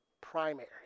primary